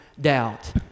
doubt